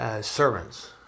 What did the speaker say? servants